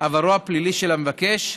עברו הפלילי של המבקש,